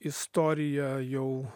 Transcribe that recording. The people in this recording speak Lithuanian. istorija jau